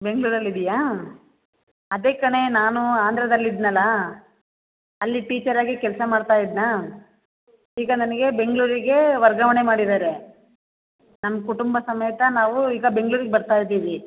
ಬೆಂಗಳೂರಲ್ಲಿದ್ದೀಯಾ ಅದೇ ಕಣೇ ನಾನು ಆಂಧ್ರದಲ್ಲಿದ್ನಲ್ಲ ಅಲ್ಲಿ ಟೀಚರಾಗಿ ಕೆಲಸ ಮಾಡ್ತಾಯಿದ್ದೆನಾ ಈಗ ನನಗೆ ಬೆಂಗಳೂರಿಗೆ ವರ್ಗಾವಣೆ ಮಾಡಿದ್ದಾರೆ ನಮ್ಮ ಕುಟುಂಬ ಸಮೇತ ನಾವು ಈಗ ಬೆಂಗಳೂರಿಗೆ ಬರ್ತಾಯಿದ್ದೀವಿ